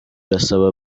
irasaba